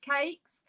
cakes